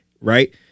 right